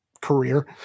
career